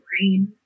brain